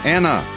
Anna